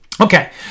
Okay